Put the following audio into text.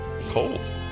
cold